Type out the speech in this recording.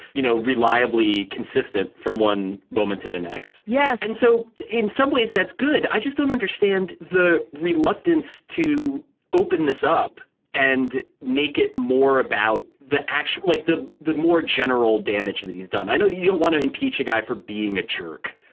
you know, reliably consistent from one moment to the next. yes. and so in some ways, that's good. i just don't understand the reluctance to open this up and make it more about the actual like the the more general damage that he's done. i know that you don't want to impeach a guy for being a jerk.